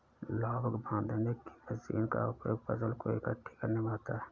लावक बांधने की मशीन का उपयोग फसल को एकठी करने में होता है